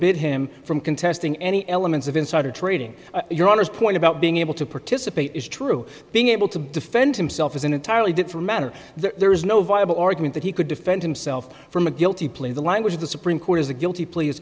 forbidden him from contesting any elements of insider trading your honour's point about being able to participate is true being able to defend himself is an entirely different matter there is no viable argument that he could defend himself from a guilty plea in the language of the supreme court as a guilty plea